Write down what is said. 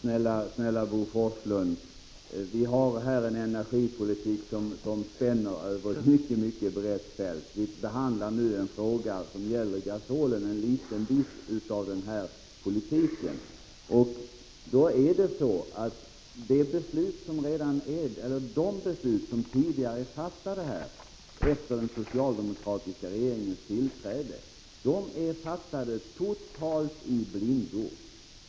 Herr talman! Vi har ändock, snälla Bo Forslund, en energipolitik som spänner Över ett mycket brett fält. Vi behandlar nu en fråga som gäller gasolen och som ingår som en liten del av denna politik. De beslut som tidigare har fattats efter den socialdemokratiska regeringens tillträde har tillkommit totalt i blindo.